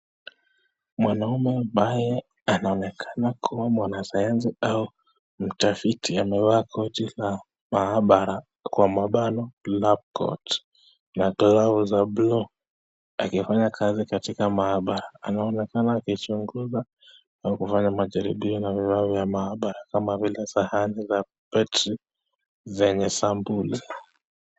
Mwanaume ambaye anaonekana kuwa mwanasayansi amevaa koti ya maabara lab coat na trouser blue akifanya kazi katika maabara. Anaonekana akichunguza na kufanya majaribio na vifaa vya maabara, kama vile sahani za battery zenye sampuli.